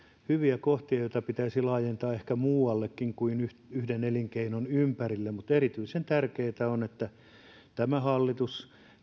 hyviä kohtia joita pitäisi laajentaa ehkä muuallekin kuin yhden elinkeinon ympärille mutta on erityisen tärkeätä että hallitus